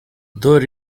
though